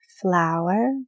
flower